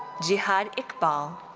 jihad iqbal.